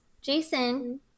Jason